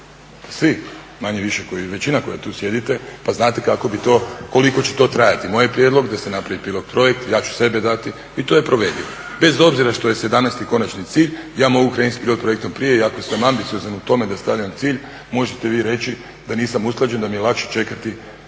svi manje-više većina koji tu sjedite pa znate kako bi to koliko će to trajati. Moj je prijedlog da se napravi pilot projekt, ja ću sebe dati i to je provedivo. Bez obzira što je … konačni cilj, ja mogu krenuti sa pilotom projektom prije i ako sam ambiciozan u tome da stanem na cilj možete vi reći da nisam usklađen da mi je lakše čekati